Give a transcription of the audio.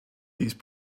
these